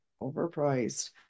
overpriced